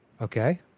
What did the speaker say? Okay